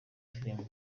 film